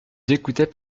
j’écoutais